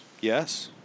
Yes